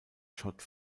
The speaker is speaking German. schott